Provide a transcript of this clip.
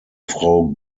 frau